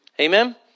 Amen